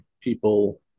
people